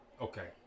Okay